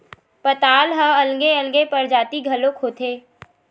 पताल ह अलगे अलगे परजाति घलोक होथे